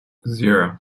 zero